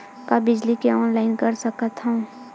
का बिजली के ऑनलाइन कर सकत हव?